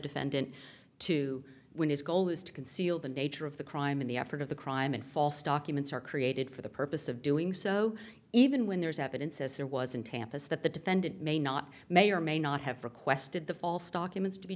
defendant to when his goal is to conceal the nature of the crime in the effort of the crime and false documents are created for the purpose of doing so even when there is evidence as there was in tampa's that the defendant may not may or may not have requested the false documents to be